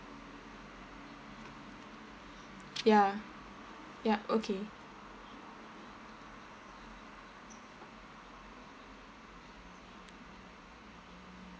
ya yup okay